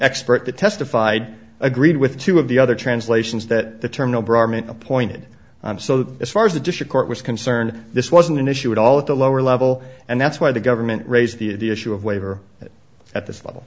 expert that testified agreed with two of the other translations that the term no brahman appointed so far as the district court was concerned this wasn't an issue at all at the lower level and that's why the government raised the issue of waiver at this level